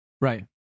Right